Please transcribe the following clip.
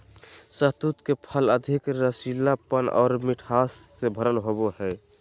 शहतूत के फल अधिक रसीलापन आर मिठास से भरल होवो हय